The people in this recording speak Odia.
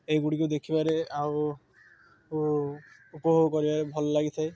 ଏଗୁଡ଼ିକ ଦେଖିବାରେ ଆଉ ଉପଭୋଗ କରିବାରେ ଭଲ ଲାଗିଥାଏ